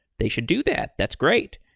they should do that. that's great.